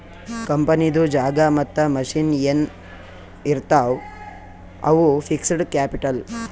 ಕಂಪನಿದು ಜಾಗಾ ಮತ್ತ ಮಷಿನ್ ಎನ್ ಇರ್ತಾವ್ ಅವು ಫಿಕ್ಸಡ್ ಕ್ಯಾಪಿಟಲ್